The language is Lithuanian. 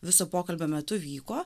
viso pokalbio metu vyko